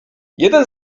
jeden